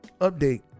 update